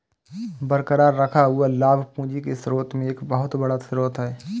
बरकरार रखा हुआ लाभ पूंजी के स्रोत में एक बहुत बड़ा स्रोत है